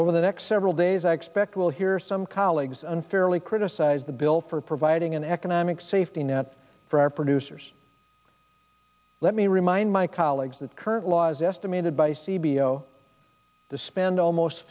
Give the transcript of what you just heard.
over the next several days i expect we'll hear some colleagues unfairly criticized the bill for providing an economic safety net for our producers let me remind my colleagues that current laws estimated by c b s to spend almost